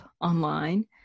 online